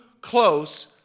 close